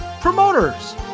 Promoters